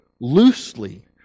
loosely